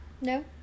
No